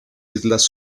islas